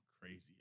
crazy